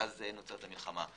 כך נוצרת המלחמה.